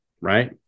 right